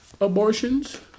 abortions